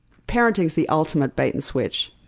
parenting's the ultimate bait-and-switch.